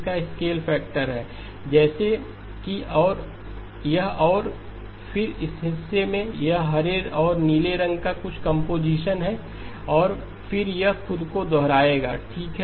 इसका scale factor है जैसे कि यह और फिर इस हिस्से में यह हरे और नीले रंग का कुछ कंपोजीशन है और फिर यह खुद को दोहराएगा ठीक